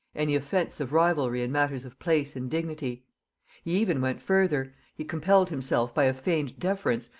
any offensive rivalry in matters of place and dignity. he even went further he compelled himself, by a feigned deference,